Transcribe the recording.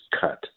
cut